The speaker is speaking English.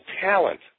talent